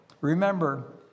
Remember